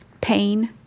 pain